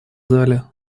зале